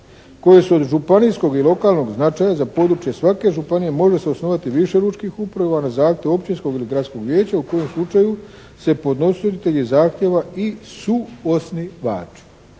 koje su od županijskog i lokalnog značaja za područje svake županije može se osnovati više lučkih uprava na zahtjev općinskog ili gradskog vijeća u kojem slučaju se podnositelji zahtjeva i suosnivači.